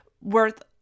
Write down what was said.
worth